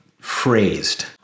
phrased